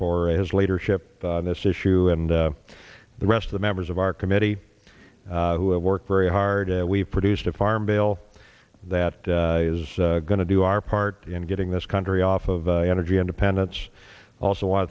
for his leadership on this issue and the rest of the members of our committee who have worked very hard we produced a farm bill that is going to do our part in getting this country off of energy independence also i